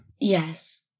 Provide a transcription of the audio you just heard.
Yes